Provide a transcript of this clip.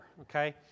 okay